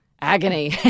agony